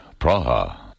Praha